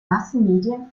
massenmedien